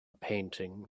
painting